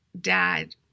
dad